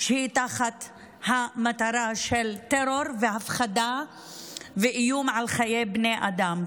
שהיא תחת המטרה של טרור והפחדה ואיום על חיי בני אדם.